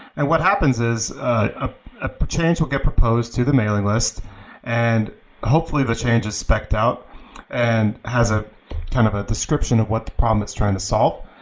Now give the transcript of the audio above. and what happens is a ah change will get proposed to the mailing list and hopefully the change is specked out and has ah kind of a description of what the problem it's trying to solve,